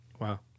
Wow